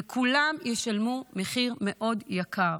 וכולם ישלמו מחיר מאוד יקר,